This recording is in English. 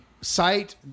site